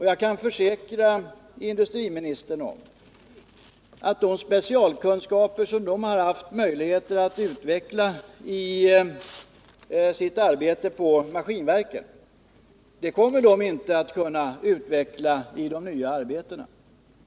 Jag kan försäkra industriministern att de specialkunskaper som de haft möjlighet att utveckla i sitt arbete på Maskinverken kommer de inte att kunna utnyttja i sina nya arbeten.